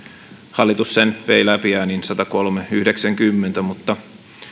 hallitus vei sen läpi äänin satakolme viiva yhdeksänkymmentä mutta